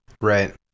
Right